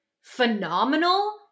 phenomenal